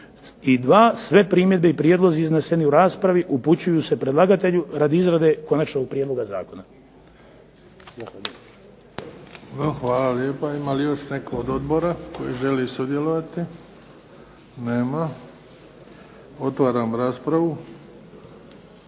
I dva, sve primjedbe i prijedlozi izneseni u raspravi upućuju se predlagatelju radi izrade konačnog prijedloga zakona. **Bebić, Luka (HDZ)** Hvala. Ima li još netko od odbora koji želi sudjelovati? Nema. Otvaram raspravu.